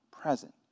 present